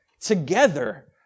together